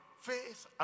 Faith